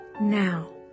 now